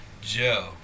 Joe